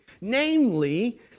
Namely